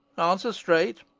answer straight!